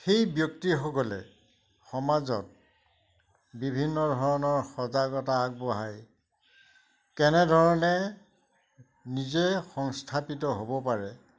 সেই ব্যক্তিসকলে সমাজত বিভিন্ন ধৰণৰ সজাগতা আগবঢ়াই কেনেধৰণে নিজে সংস্থাপিত হ'ব পাৰে